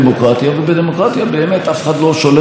ובדמוקרטיה באמת אף אחד לא שולט לנצח,